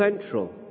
central